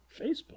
Facebook